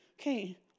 okay